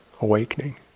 awakening